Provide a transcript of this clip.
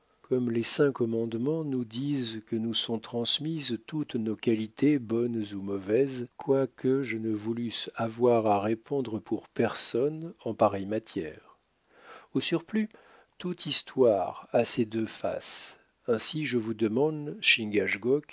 comme les saints commandements nous disent que nous sont transmises toutes nos qualités bonnes ou mauvaises quoique je ne voulusse avoir à répondre pour personne en pareille matière au surplus toute histoire a ses deux faces ainsi je vous demande